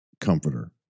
comforter